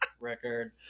record